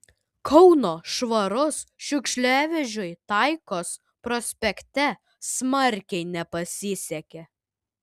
kauno švaros šiukšliavežiui taikos prospekte smarkiai nepasisekė